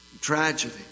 tragedy